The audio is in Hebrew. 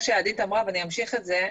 כמו שעדית אמרה ואני אמשיך את זה,